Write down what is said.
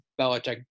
Belichick